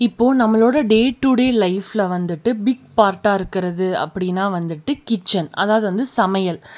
இப்போது நம்மளோடய day today லைஃப்ல வந்துட்டு பிக் பார்ட்டாக இருக்கிறது அப்படின்னா வந்துட்டு கிச்சன் அதாவது வந்து சமையல்